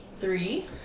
Three